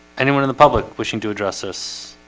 anyone in the public wishing to address this